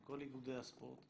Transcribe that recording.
עם כל איגודי הספורט,